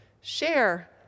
share